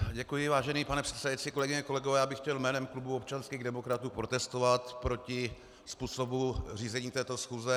Děkuji, vážený pane předsedající, kolegyně, kolegové, já bych chtěl jménem klubu občanských demokratů protestovat proti způsobu řízení této schůze.